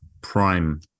prime